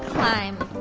climb,